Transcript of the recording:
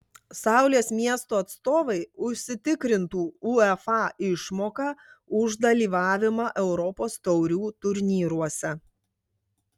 saulės miesto atstovai užsitikrintų uefa išmoką už dalyvavimą europos taurių turnyruose